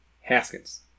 Haskins